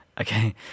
Okay